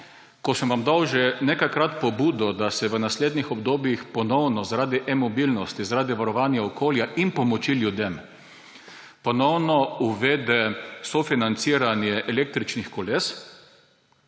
ko sem vam dal že nekajkrat pobudo, da se v naslednjih obdobjih zaradi e-mobilnosti, zaradi varovanja okolja in pomoči ljudem ponovno uvede sofinanciranje električnih koles,